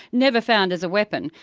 never found as a weapon.